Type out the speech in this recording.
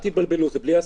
אל תתבלבלו, זה בלי עסקים.